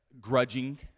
grudging